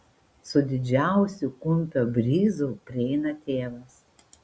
su didžiausiu kumpio bryzu prieina tėvas